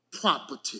Property